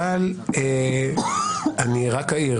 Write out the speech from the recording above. אני רק אעיר